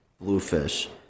bluefish